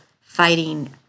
fighting